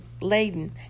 laden